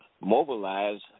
mobilize